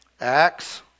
Acts